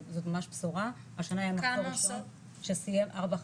ממש בשורה השנה יש לנו מחזור שסיים 4,